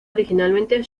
originalmente